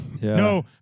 No